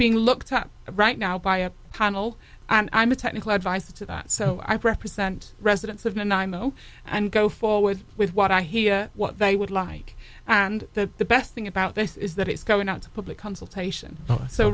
being looked up right now by a connell and i'm a technical adviser to that so i represent residents have been imo and go forward with what i hear what they would like and that the best thing about this is that it's coming out to public consultation so